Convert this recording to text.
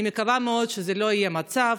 אני מקווה מאוד שזה לא יהיה המצב,